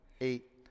eight